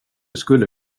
skulle